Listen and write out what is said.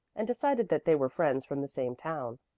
and decided that they were friends from the same town.